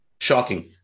shocking